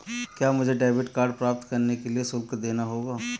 क्या मुझे debit card प्राप्त करने के लिए शुल्क देना होगा?